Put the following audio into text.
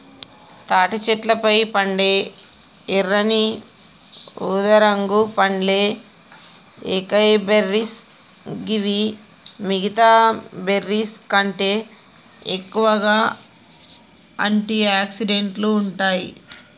తాటి చెట్లపై పండే ఎర్రని ఊదారంగు పండ్లే ఏకైబెర్రీస్ గివి మిగితా బెర్రీస్కంటే ఎక్కువగా ఆంటి ఆక్సిడెంట్లు ఉంటాయి